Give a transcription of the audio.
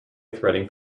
threading